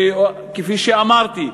כפי שאמרתי,